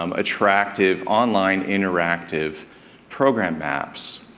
um attractive, online interactive program maps.